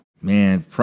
man